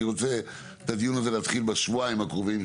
אני רוצה את הדיון הזה להתחיל בשבועיים הקרובים,